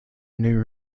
new